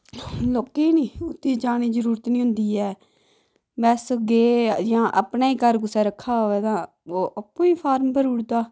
लोकें नि कुतै जाने दी जरूरत निं होंदी ऐ बस गे जां अपने गै घर कुसै रक्खे दा होऐ तां ओह् आपूं गै फार्म भरी ओड़दा